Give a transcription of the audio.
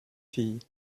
fille